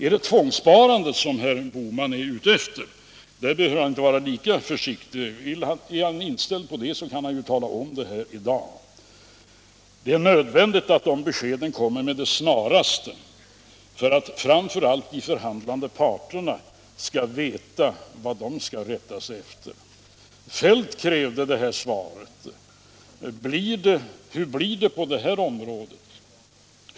Är det tvångssparande som herr Bohman är ute efter? Där behöver han inte vara lika försiktig. Är han inställd på det kan han ju tala om det här i dag. Det är nödvändigt att de beskeden kommer med det snaraste, framför allt för att de förhandlande parterna skall veta vad de skall rätta sig efter. Herr Feldt krävde svar på frågan om hur det blir på det här området.